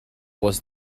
was